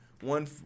one